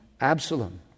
Absalom